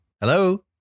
Hello